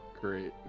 Great